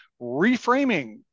Reframing